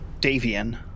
Davian